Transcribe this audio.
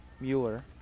Mueller